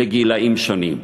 לגילאים שונים.